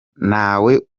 ntawe